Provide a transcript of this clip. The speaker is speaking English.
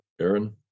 Aaron